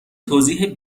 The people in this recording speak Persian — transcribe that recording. توضیح